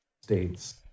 states